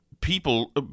people